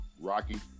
Rocky